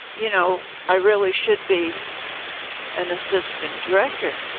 you know, i really should be an assistant director.